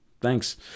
Thanks